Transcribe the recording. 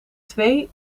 twee